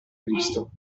cristo